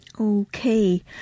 Okay